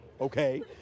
okay